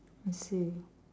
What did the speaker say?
I see